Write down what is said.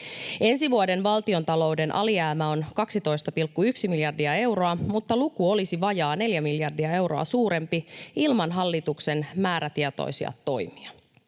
Ensi vuoden valtiontalouden alijäämä on 12,1 miljardia euroa, mutta luku olisi vajaa neljä miljardia euroa suurempi ilman hallituksen määrätietoisia toimia.